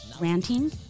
ranting